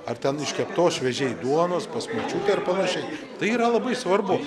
ar ten iškeptos šviežiai duonos pas močiutę ir panašiai tai yra labai svarbu